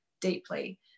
deeply